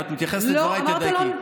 אם את מתייחסת לדבריי, תדייקי.